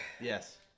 Yes